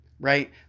right